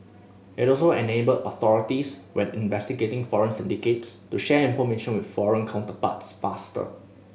it also enable authorities when investigating foreign syndicates to share information with foreign counterparts faster